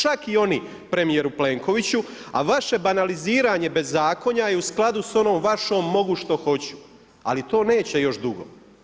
Čak i oni premjeru Plenkoviću, a vaše banaliziranje bez zakonja je u skladu sa onom vašom mogu što hoću, ali to neće još dugo.